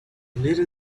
little